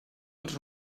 els